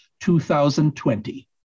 2020